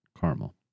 caramel